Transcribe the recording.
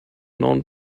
known